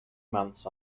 months